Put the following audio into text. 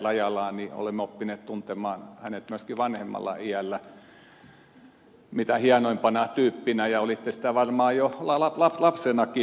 rajalaa olemme oppineet tuntemaan hänet myöskin vanhemmalla iällä mitä hienoimpana tyyppinä ja olitte sitä varmaan jo lapsenakin